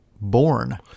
born